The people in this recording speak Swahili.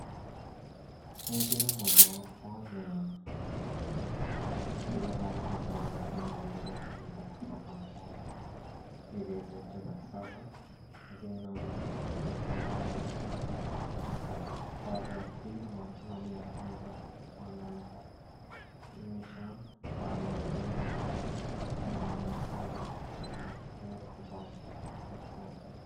Ni njia mojawapo ya kilimo hasa zenye na ambazo hutumika katika kampuni hivi zetu za kisasa, na zenye na ambazo ni njia mojawapo ya kuweza kuwafunza baadhi ya wakulima namna ya kuweza kupanda na kumeesha baadhi ya mimea zenye manufaa na zenye rotuba za kisasa.